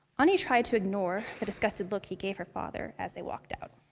anie tried to ignore the disgusted look he gave her father as they walked out.